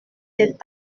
des